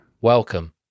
Welcome